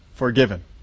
Forgiven